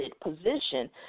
position